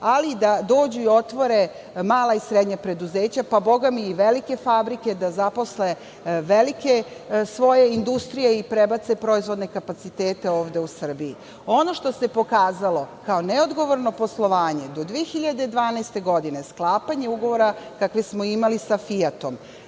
ali da dođu i da otvore mala i srednja preduzeća, pa i velike fabrike, da zaposle svoje velike industrije i prebace proizvodne kapacitete ovde u Srbiju. Ono što se pokazalo kao neodgovorno poslovanje do 2012. godine, sklapanje ugovora kakve smo imali sa Fijatom.